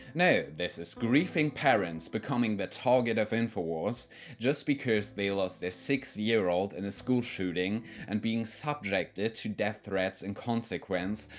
no! this is grieving parents becoming the target of infowars just because they lost their six year old in a school shooting and being subjected to death threats in consequence,